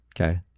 Okay